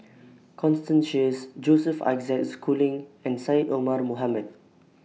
Constance Sheares Joseph Isaac Schooling and Syed Omar Mohamed